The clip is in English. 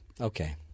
Okay